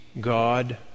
God